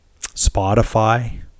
Spotify